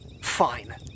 Fine